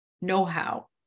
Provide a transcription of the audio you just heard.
know-how